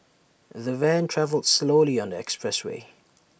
the van travelled slowly on the expressway